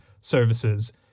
services